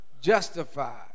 justified